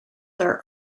are